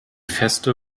feste